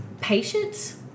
patience